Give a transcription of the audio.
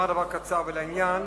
אומר דבר קצר ולעניין.